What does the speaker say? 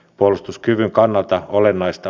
arvoisa herra puhemies